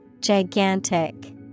Gigantic